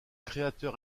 créateur